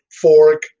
fork